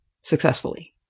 successfully